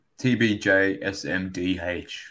TBJSMDH